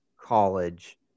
college